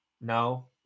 No